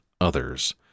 others